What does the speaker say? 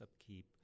upkeep